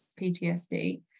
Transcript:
PTSD